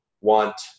want